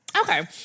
Okay